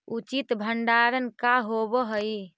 उचित भंडारण का होव हइ?